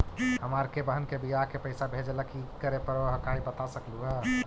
हमार के बह्र के बियाह के पैसा भेजे ला की करे परो हकाई बता सकलुहा?